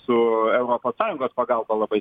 su europos sąjungos pagalba labai